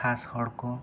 ᱠᱷᱟᱥ ᱦᱚᱲ ᱠᱚ